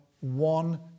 one